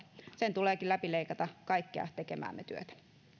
sen tuleekin läpileikata kaikkea tekemäämme työtä